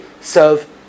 serve